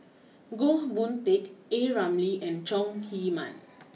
Goh Boon Teck A Ramli and Chong Heman